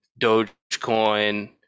Dogecoin